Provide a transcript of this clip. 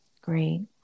Great